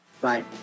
Bye